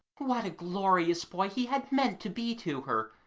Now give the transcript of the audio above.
what a glorious boy he had meant to be to her!